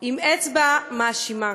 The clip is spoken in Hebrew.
עם אצבע מאשימה.